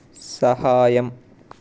సహాయం